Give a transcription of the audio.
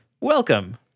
Welcome